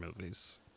movies